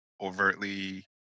overtly